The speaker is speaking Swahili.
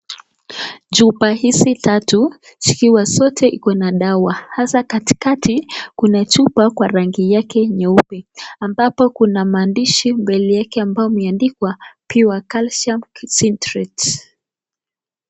Chupa hizi tatu zikiwa zote iko na dawa hasa katikati kuna chupa kwa rangi yake nyeupe, ambapo kuna maandishi mbele yake ambayo imeandikwa pure calcium syntrate .